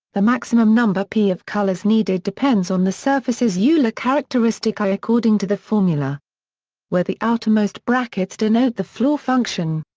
the maximum number p of colors needed depends on the surface's yeah euler characteristic kh according to the formula where the outermost brackets denote the floor function.